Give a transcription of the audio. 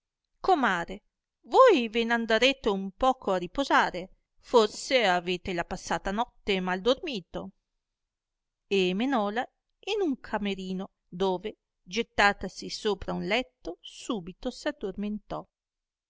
comare voi ve n'andarete un poco a riposare forse avete la passata notte mal dormito e menòla in un camerino dove gettatasi sopra un letto subito